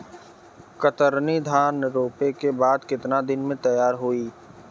कतरनी धान रोपे के बाद कितना दिन में तैयार होई?